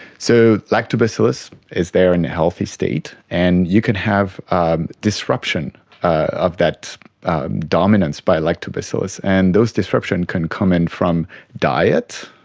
so lactobacillus is there in a healthy state, and you can have ah disruption of that dominance by lactobacillus, and those disruptions can come in from diet,